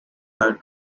side